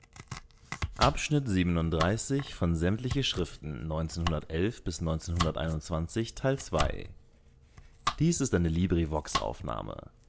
das ist eine